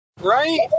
Right